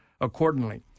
accordingly